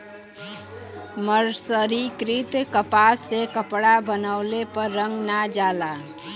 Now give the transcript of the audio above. मर्सरीकृत कपास से कपड़ा बनवले पर रंग ना जाला